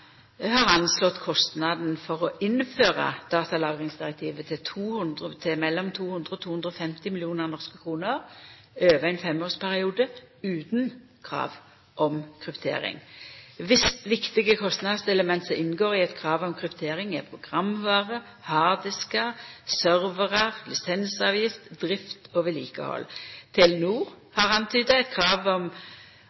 har anslått kostnadene for å innføra datalagringsdirektivet til mellom 200 og 250 mill. norske kroner over ein femårsperiode utan krav om kryptering. Visse viktige kostnadselement som inngår i eit krav om kryptering, er programvare, harddiskar, serverar, lisensavgift, drift og vedlikehald. Telenor